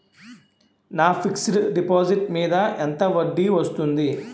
నా fixed deposit మీద ఎంత వడ్డీ వస్తుంది?